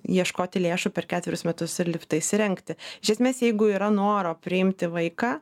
ieškoti lėšų per ketverius metus ir liftą įsirengti iš esmės jeigu yra noro priimti vaiką